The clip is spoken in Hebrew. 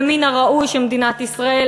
ומן הראוי שמדינת ישראל,